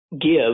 give